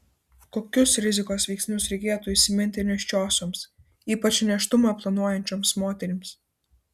kokius rizikos veiksnius reikėtų įsiminti nėščiosioms ypač nėštumą planuojančioms moterims